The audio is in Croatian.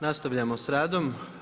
Nastavljamo s radom.